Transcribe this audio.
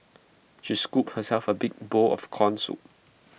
she scooped herself A big bowl of Corn Soup